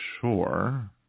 sure